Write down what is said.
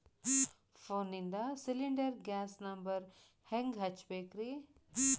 ಫೋನಿಂದ cylinder gas number ಹೆಂಗ್ ಹಚ್ಚ ಬೇಕ್ರಿ?